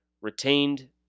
retained